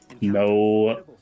no